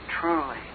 truly